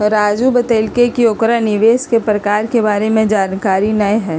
राजू बतलकई कि ओकरा निवेश के प्रकार के बारे में जानकारी न हई